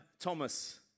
Thomas